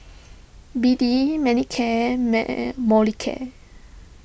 B D Manicare meh Molicare